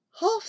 half